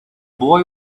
boy